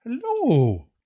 Hello